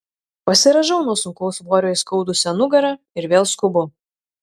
pasirąžau nuo sunkaus svorio įskaudusią nugarą ir vėl skubu